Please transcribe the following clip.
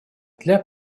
для